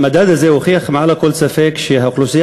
המדד הזה הוכיח מעל לכל ספק שהאוכלוסייה